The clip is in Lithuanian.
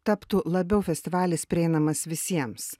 taptų labiau festivalis prieinamas visiems